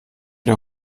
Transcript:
der